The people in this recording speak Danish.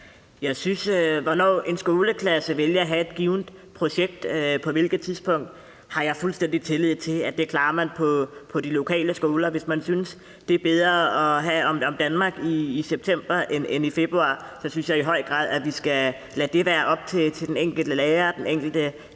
Jeg synes, at hvornår en skoleklasse vælger at have et givent projekt, altså på hvilket tidspunkt, har jeg fuldstændig tillid til at man klarer på de lokale skoler. Hvis man synes, det er bedre at have om Danmark i september end i februar, synes jeg i høj grad, at vi skal lade det være op til den enkelte lærer og den enkelte klasse,